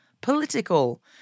political